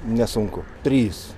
nesunku trys